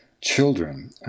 Children